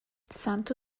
santo